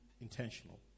intentional